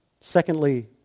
Secondly